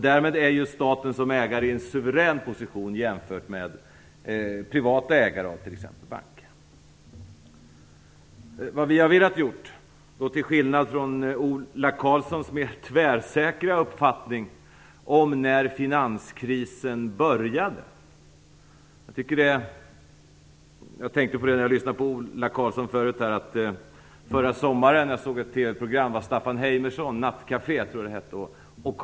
Därmed är staten som ägare i en suverän position jämfört med privata ägare av banker. När jag lyssnade till Ola Karlssons tvärsäkra uppfattning om när finanskrisen började kom jag att tänka på ett TV-program av Staffan Heimerson som jag såg förra sommaren. Nattcafé tror jag att det hette.